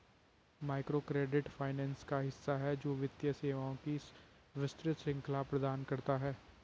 microcredit finance का हिस्सा है, जो वित्तीय सेवाओं की विस्तृत श्रृंखला प्रदान करता है